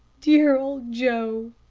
dear old joe,